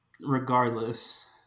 Regardless